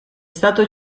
stato